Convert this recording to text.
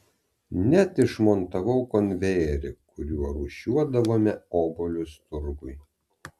net išmontavau konvejerį kuriuo rūšiuodavome obuolius turgui